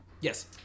yes